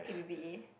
A B B A